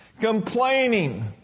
complaining